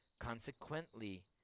Consequently